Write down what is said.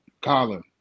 Colin